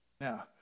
Now